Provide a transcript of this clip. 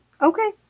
Okay